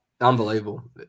Unbelievable